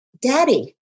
daddy